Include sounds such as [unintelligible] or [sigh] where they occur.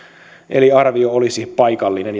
eli arvio olisi paikallinen [unintelligible]